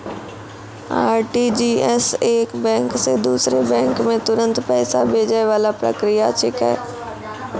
RTGS एक bank से दूसरो बैंक मे तुरंत पैसा भैजै वाला प्रक्रिया छिकै